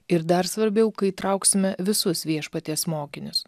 ir dar svarbiau kai įtrauksime visus viešpaties mokinius